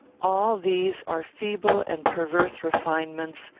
all these are feeble and perverse refinements,